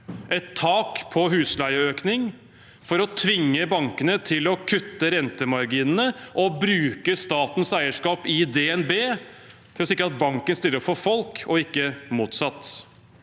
et tak på husleieøkning for å tvinge bankene til å kutte rentemarginene og å bruke statens eierskap i DNB for å sikre at banken stiller opp for folk, og ikke motsatt.